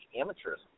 amateurs